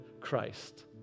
Christ